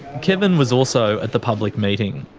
kevin was also at the public meeting.